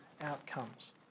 outcomes